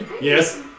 yes